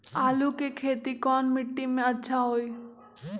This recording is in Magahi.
आलु के खेती कौन मिट्टी में अच्छा होइ?